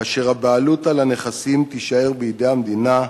כאשר הבעלות על הנכסים תישאר בידי המדינה.